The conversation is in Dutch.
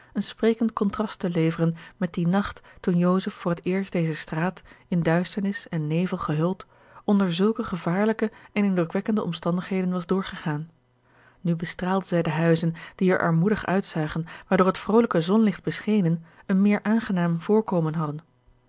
een sprekend contrast te leveren met dien nacht toen joseph voor het eerst deze straat in duisternis en nevel gehuld onder zulke gevaarlijke en indrukwekkende omstandigheden was doorgegaan nu bestraalde zij de huizen die er armoedig uitzagen maar george een ongeluksvogel door het vrolijke zonlicht beschenen een meer aangenaam voorkomen hadden